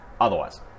Otherwise